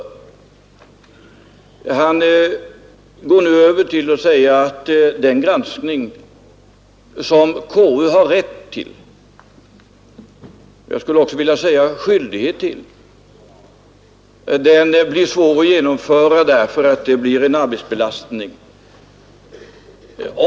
Herr Dahlén gick nu över till att säga att den granskning som konstitutionsutskottet har rätt att göra — jag skulle också vilja säga skyldighet att göra — blir svår att genomföra därför att den innebär en arbetsbelastning.